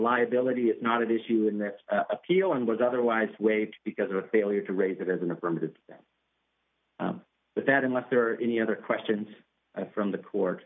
liability it's not an issue in that appeal and was otherwise swaped because of the failure to raise it as an affirmative but that unless there are any other questions from the court